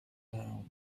down